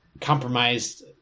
compromised